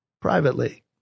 privately